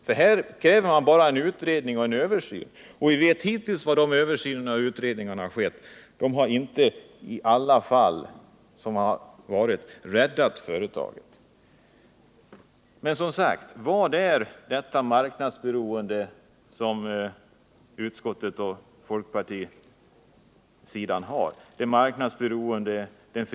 Utskottet kräver nu bara en utredning och en översyn, men vi vet vad de utredningar och översyner som hittills gjorts har givit — de har i varje fall inte räddat företagen. Vad är innebörden av det marknadsberoende och den förlitan till den fria konkurrensen som utskottet och folkpartiet nu redovisar?